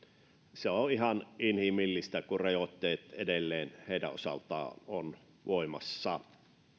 se on ihan inhimillistä kun rajoitteet edelleen heidän osaltaan ovat voimassa